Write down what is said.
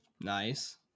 nice